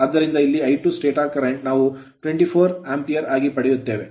ಆದ್ದರಿಂದ ಇಲ್ಲಿ I1 stator current stator current ನಾವು 24 Ampere ಆಂಪಿಯರ ಆಗಿ ಪಡೆಯುತ್ತೇವೆ